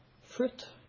fruit